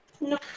No